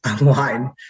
online